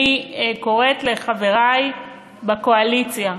אני קוראת לחברי בקואליציה: